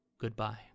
Goodbye